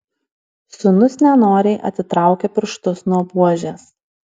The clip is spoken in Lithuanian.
sūnus nenoriai atitraukė pirštus nuo buožės